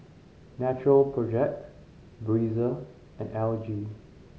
Natural Project Breezer and L G